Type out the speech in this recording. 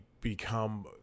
become